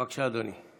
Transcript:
בבקשה, אדוני.